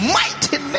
mighty